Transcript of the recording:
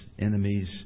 enemies